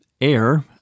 air